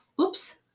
Oops